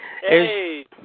Hey